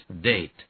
date